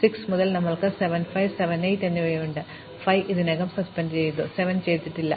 6 മുതൽ ഞങ്ങൾക്ക് 7 5 7 8 എന്നിവയുണ്ട് 5 ഇതിനകം ചെയ്തു പക്ഷേ 7 ചെയ്തിട്ടില്ല